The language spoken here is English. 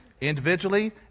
individually